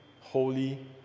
holy